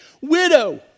widow